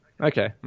Okay